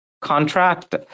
contract